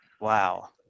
wow